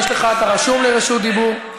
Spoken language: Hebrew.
אתה רשום לרשות דיבור.